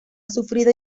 sufrido